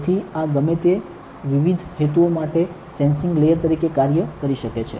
તેથી આ ગમે તે વિવિધ હેતુઓ માટે સેન્સીંગ લેયર્સ તરીકે કાર્ય કરી શકે છે